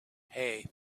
hey